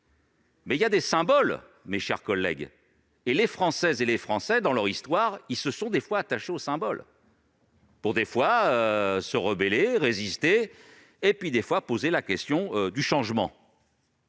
Mais il y a des symboles, mes chers collègues. Les Françaises et les Français, dans leur histoire, se sont parfois attachés aux symboles, pour résister, se rebeller et, parfois, poser la question du changement.